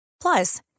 Plus